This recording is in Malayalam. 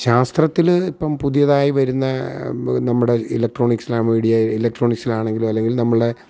ശാസ്ത്രത്തില് ഇപ്പം പുതിയതായി വരുന്ന നമ്മുടെ ഇലക്ട്രോണിക്സ് ആൻഡ് മീഡിയായിൽ ഇലക്ട്രോണിക്സിലാണെങ്കിലും അല്ലെങ്കിൽ നമ്മളുടെ